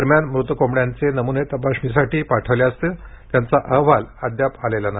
दरम्यान मृत कोंबड्यांचे नम्ने तपासणीसाठी तपासणीसाठी पाठवले असून त्यांचा अहवाल अद्याप आलेला नाही